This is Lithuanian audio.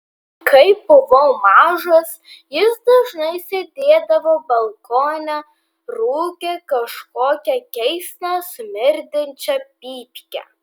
kai buvau mažas jis dažnai sėdėdavo balkone rūkė kažkokią keistą smirdinčią pypkę